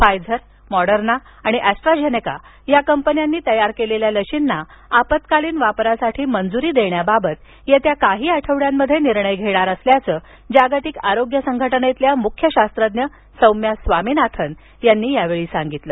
Pfizer Moderna आणि AstraZeneca या कंपन्यांनी तयार केलेल्या लसींना आपत्कालीन वापरासाठी मंजुरी देण्याबाबत येत्या काही आठवड्यांमध्ये निर्णय घेणार असल्याचं जागतिक आरोग्य संघटनेतील मुख्य शास्त्रज्ञ सौम्या स्वामिनाथन यांनी यावेळी सांगितलं